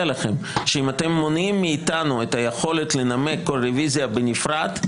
לכם שאם אתם מונעים מאיתנו את היכולת לנמק כל רוויזיה בנפרד,